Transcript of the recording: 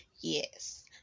yes